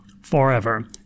Forever